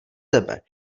tebe